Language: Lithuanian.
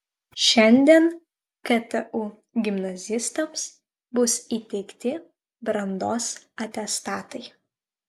šiandien ktu gimnazistams bus įteikti brandos atestatai